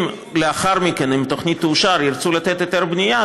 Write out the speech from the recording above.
אם לאחר מכן התוכנית תאושר וירצו לתת היתר בנייה,